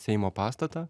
seimo pastatą